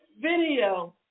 video